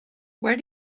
where